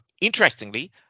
Interestingly